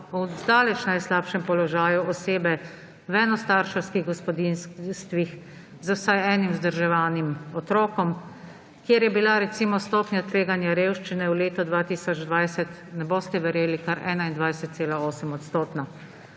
so daleč v najslabšem položaju osebe v enostarševskih gospodinjstvih z vsaj enim vzdrževanim otrokom, kjer je bila, recimo, stopnja tveganja revščine v letu 2020, ne boste verjeli, kar 21,8-odstotna.